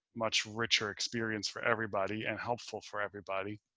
much richer experience for everybody and helpful for everybody.